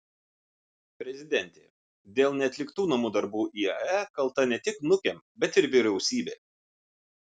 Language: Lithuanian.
prezidentė dėl neatliktų namų darbų iae kalta ne tik nukem bet ir vyriausybė